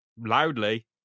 loudly